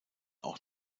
auch